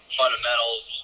fundamentals